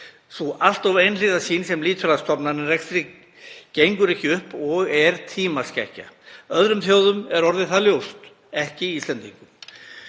Sú allt of einhliða sýn sem lýtur að stofnanarekstri gengur ekki upp og er tímaskekkja. Öðrum þjóðum er orðið það ljóst, en ekki Íslendingum.